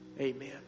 Amen